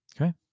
Okay